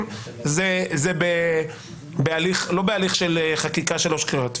זה לא בהליך של חקיקה של שלוש קריאות.